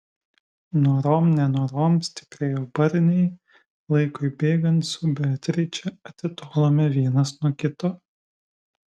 norom nenorom stiprėjo barniai laikui bėgant su beatriče atitolome vienas nuo kito